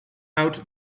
out